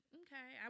okay